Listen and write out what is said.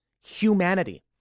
humanity